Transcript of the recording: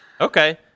Okay